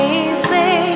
easy